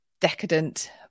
decadent